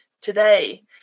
today